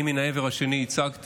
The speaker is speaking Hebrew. אני מן העבר השני ייצגתי